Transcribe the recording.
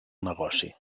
negoci